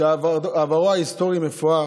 שעברו ההיסטורי מפואר,